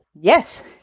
yes